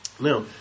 Now